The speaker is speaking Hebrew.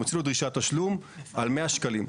הוא מוציא לו דרישת תשלום על 100 שקלים.